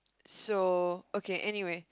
so okay anyway